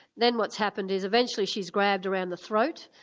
then what's happened is eventually she's grabbed around the throat,